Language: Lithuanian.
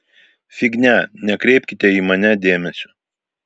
fignia nekreipkite į mane dėmesio